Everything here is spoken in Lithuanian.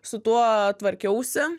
su tuo tvarkiausi